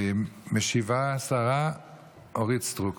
השרה אורית סטרוק